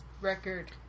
Record